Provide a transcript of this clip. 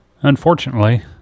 Unfortunately